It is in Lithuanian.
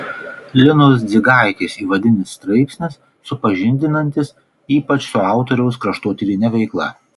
linos dzigaitės įvadinis straipsnis supažindinantis ypač su autoriaus kraštotyrine veikla